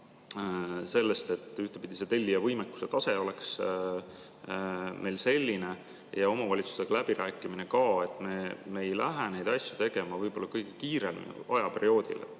sellest, et ühtepidi see tellija võimekuse tase oleks meil selline ja omavalitsustega läbirääkimine ka, et me ei läheks neid asju tegema võib-olla kõige kiiremal ajaperioodil.